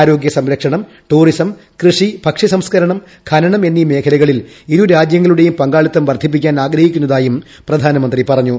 ആരോഗ്യ സംരക്ഷണം ടൂറിസം കൃഷി ഭക്ഷ്യസംസ്കരണം ഖനനം എന്നീ മേഖലകളിൽ ഇരു രാജ്യങ്ങളുടേയും പങ്കാളിത്തം വർദ്ധിപ്പിക്കാൻ ആഗ്രഹിക്കുന്നതായും പ്രധാനമന്ത്രി പറഞ്ഞു